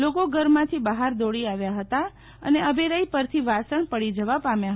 લોકો ઘરમાંથી બહાર દોડી આવ્યા હતા અને અભેરાઈ પરથી વાસણ પડી જવા પામ્યા હતા